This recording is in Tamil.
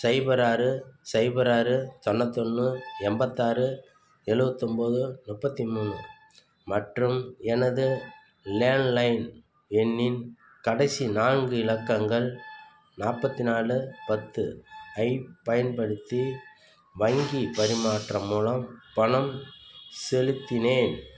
சைபர் ஆறு சைபர் ஆறு தொண்ணூத்தொன்னு எண்பத்தாறு எழுவத்தொம்போது முப்பத்து மூணு மற்றும் எனது லேண்ட்லைன் எண்ணின் கடைசி நான்கு இலக்கங்கள் நாற்பத்தி நாலு பத்து ஐப் பயன்படுத்தி வங்கி பரிமாற்றம் மூலம் பணம் செலுத்தினேன்